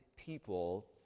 people